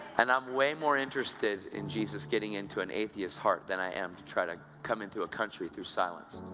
and i'm way more interested in jesus getting into an atheist's heart, than i am to try to come into a country through silence.